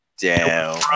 down